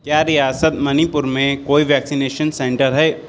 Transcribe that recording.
کیا ریاست منی پور میں کوئی ویکسینیشن سنٹر ہے